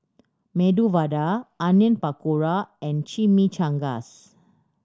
Medu Vada Onion Pakora and Chimichangas